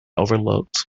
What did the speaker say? overlooked